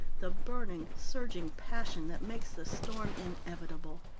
the burning, surging passion that makes the storm inevitable.